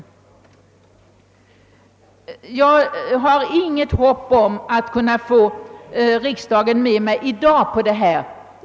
Jag har inget hopp om att kunna få riksdagen med mig i dag.